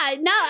no